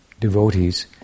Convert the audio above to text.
devotees